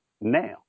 now